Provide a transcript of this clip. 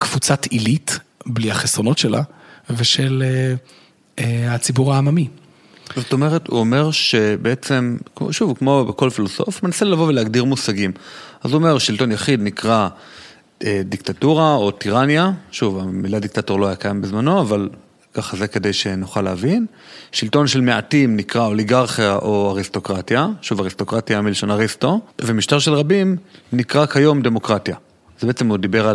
קבוצת עילית, בלי החסרונות שלה, ושל הציבור העממי. זאת אומרת, הוא אומר שבעצם, שוב, כמו בכל פילוסוף, הוא מנסה לבוא ולהגדיר מושגים. אז הוא אומר, שלטון יחיד נקרא דיקטטורה או טירניה, שוב, המילה דיקטטור לא היה קיים בזמנו, אבל ככה זה כדי שנוכל להבין, שלטון של מעטים נקרא אוליגרכיה או אריסטוקרטיה, שוב, אריסטוקרטיה מלשון אריסטו, ומשטר של רבים נקרא כיום דמוקרטיה. זה בעצם הוא דיבר על.